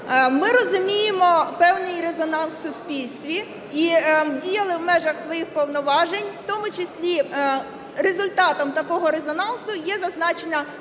Ми розуміємо певний резонанс в суспільстві і діяли в межах своїх повноважень. В тому числі результатом такого резонансу є зазначена